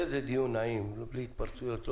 תראה איזה דיון נעים, בלי התפרצויות.